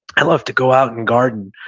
i love to go out and garden,